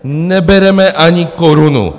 Nebereme ani korunu.